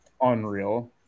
unreal